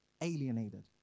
alienated